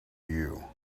you